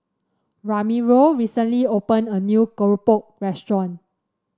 Ramiro recently opened a new keropok restaurant